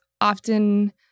often